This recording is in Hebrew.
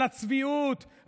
על הצביעות,